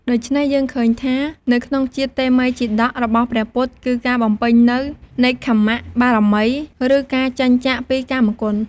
ដូច្នេះយើងឃើញថា នៅក្នុងជាតិតេមិយជាតករបស់ព្រះពុទ្ធិ គឺការបំពេញនូវ នេក្ខម្មបារមី ឬការចេញចាកពីកាមគុណ។